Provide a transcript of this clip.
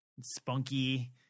spunky